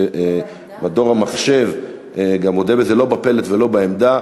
מדור המחשב גם מודה בזה לא בפלט ולא בעמדה.